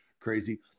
crazy